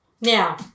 Now